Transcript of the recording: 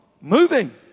moving